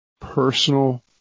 personal